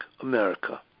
America